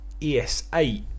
ES8